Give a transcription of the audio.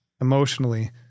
emotionally